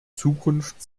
zukunft